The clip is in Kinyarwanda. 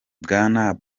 bwana